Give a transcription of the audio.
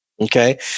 Okay